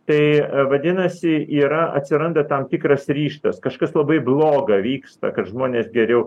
tai vadinasi yra atsiranda tam tikras ryžtas kažkas labai bloga vyksta kad žmonės geriau